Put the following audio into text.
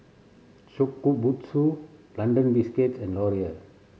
Shokubutsu London Biscuits and Laurier